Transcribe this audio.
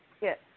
yes